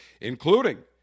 including